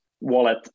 wallet